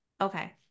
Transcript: Okay